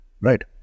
right